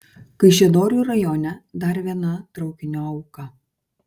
kaišiadorių rajone dar viena traukinio auka